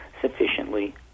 sufficiently